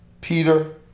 peter